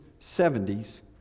70s